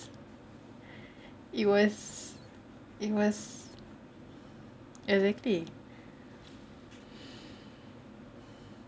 it was it was exactly